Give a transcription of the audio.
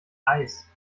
eis